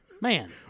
Man